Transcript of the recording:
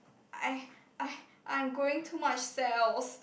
I I I'm growing too much cells